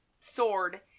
sword